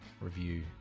review